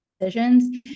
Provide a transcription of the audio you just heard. decisions